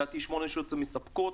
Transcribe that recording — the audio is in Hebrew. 8 שעות זה מספק.